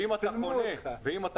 האם זה